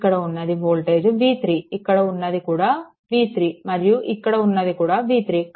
ఇక్కడ ఉన్న voltage v3 ఇక్కడ ఉన్నది కూడా v3 మరియు ఇక్కడ ఉన్నది కూడా v3